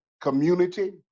community